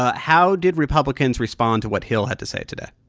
ah how did republicans respond to what hill had to say today?